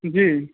جی